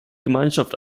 gemeinschaft